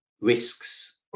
risks